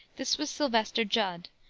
this was sylvester judd,